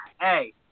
hey